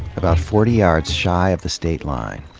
about forty yards shy of the state line,